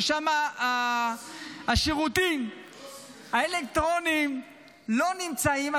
שם השירותים האלקטרוניים לא נמצאים,